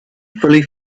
fully